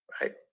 right